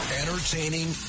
entertaining